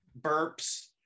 burps